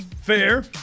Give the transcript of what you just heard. Fair